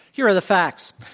here are the facts.